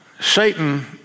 Satan